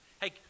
Hey